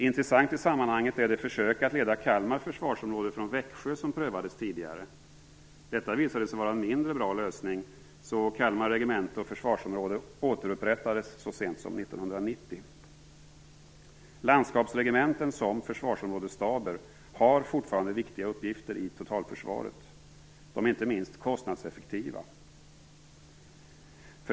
Intressant i sammanhanget är det försök att leda Kalmar försvarsområde från Växjö som prövades tidigare. Detta visade sig vara en mindre bra lösning, så Kalmar regemente och försvarsområde återupprättades så sent som 1990. Landskapsregementen som försvarsområdesstaber har fortfarande viktiga uppgifter i totalförsvaret. De är inte minst kostnadseffektiva.